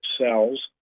cells